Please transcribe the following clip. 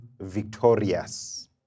victorious